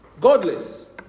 Godless